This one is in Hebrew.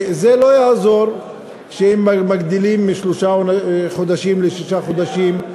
זה לא יעזור אם מגדילים שלושה חודשים לשישה חודשים.